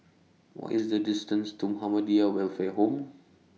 What IS The distance to Muhammadiyah Welfare Home